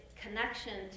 connection